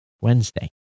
Wednesday